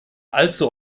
allzu